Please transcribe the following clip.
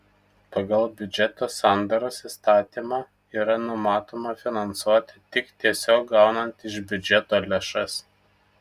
pagal biudžeto sandaros įstatymą yra numatoma finansuoti tik tiesiog gaunant iš biudžeto lėšas